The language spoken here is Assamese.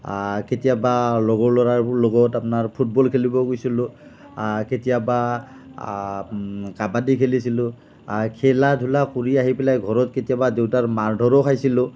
কেতিয়াবা লগৰ ল'ৰাবোৰৰ লগত আপোনাৰ ফুটবল খেলিব গৈছিলোঁ কেতিয়াবা কাবাডী খেলিছিলোঁ খেলা ধূলা কৰি আহি পেলাই ঘৰত কেতিয়াবা দেউতাৰ মাৰ ধৰো খাইছিলোঁ